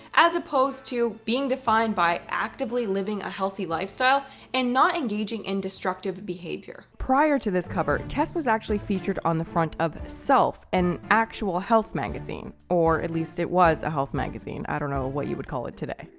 as opposed to being defined by actively living a healthy lifestyle and not engaging in destructive behavior. prior to this cover, tess was actually featured on the front of self, an actual health magazine, or at least it was a health magazine. i don't know what you would call it today.